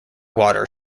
water